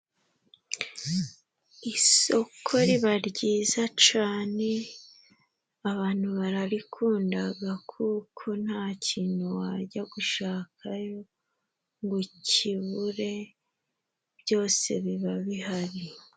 Isoko riba ryiza cane abantu bararikundaga kuko ntakintu wajya gushakayo ngo kibure byose biba bihari.